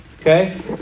Okay